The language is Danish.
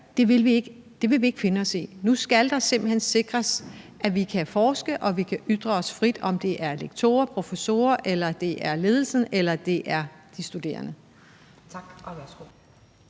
her vil vi ikke finde os i; nu skal det simpelt hen sikres, at vi kan forske, og at vi kan ytre os frit, om det er lektorer, professorer, ledelsen eller de studerende.